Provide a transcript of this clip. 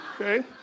Okay